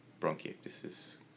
bronchiectasis